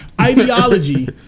ideology